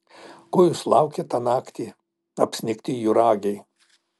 ko jūs laukėt tą naktį apsnigti juragiai